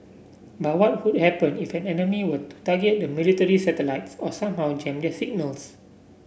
but what would happen if an enemy were to target the military's satellites or somehow jam their signals